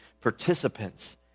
participants